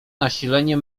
nasilenie